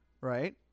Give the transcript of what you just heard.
Right